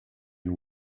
and